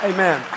Amen